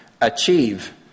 achieve